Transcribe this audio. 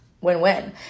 Win-win